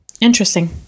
Interesting